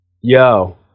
Yo